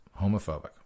homophobic